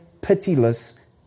pitiless